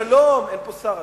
אין פה שר.